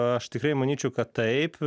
aš tikrai manyčiau kad taip